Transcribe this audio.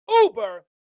Uber